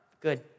good